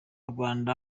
rwanda